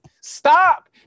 Stop